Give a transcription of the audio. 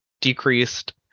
decreased